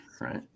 Right